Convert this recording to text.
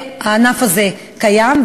הענף הזה קיים,